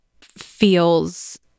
feels